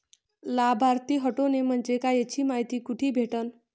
लाभार्थी हटोने म्हंजे काय याची मायती कुठी भेटन?